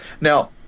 Now